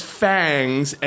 fangs